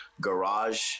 Garage